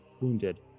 wounded